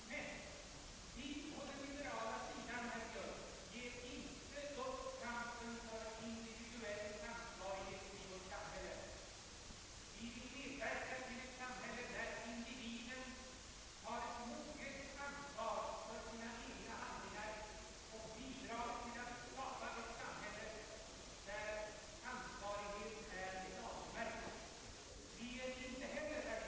Men jag vill som sagt alltjämt inte generalisera. Det är intressant att notera, att herr Hernelius och jag tycks ha lättare att komma överens i flertalet sakfrågor än de representanter för liberal press som här har uppträtt och verkar såsom stungna av en orm. Andra informationsmedia än press är också, herr Hernelius, ett väsentligt problem att diskutera. Nu tog jag i mitt anförande bara upp den punkt som gäller pressen för att utskottet där hade en speciell argumentering. Dess argumentering i fråga om andra massmedia ligger ju på ett helt annat plan. Jag tror visst, liksom herr Hernelius och andra talare, att Publicistklubbens regler är värdefulla. Det har också understrukits. Jag vill uttrycka förhoppningen att dessa skall bli allmänt och utan undantag respekterade.